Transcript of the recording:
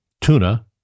tuna